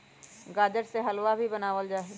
गाजर से हलवा भी बनावल जाहई